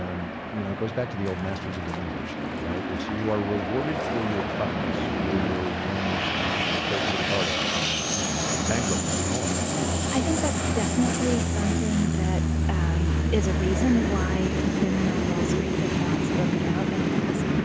um you know, it goes back to the old masters of the universe thing, right? you are rewarded for your toughness, for your willingness to, you know, tear somebody's heart out and you know bankrupt them, and all of that i think that's definitely something that and is a reason why women on wall street have not spoken out en and masse.